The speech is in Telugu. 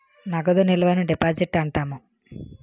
నగదు నిల్వను డిపాజిట్ అంటాము